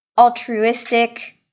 altruistic